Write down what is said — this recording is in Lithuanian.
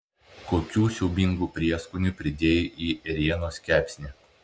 kokių siaubingų prieskonių pridėjai į ėrienos kepsnį